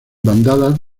bandadas